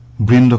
been